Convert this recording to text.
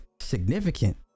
significant